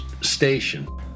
station